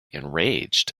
enraged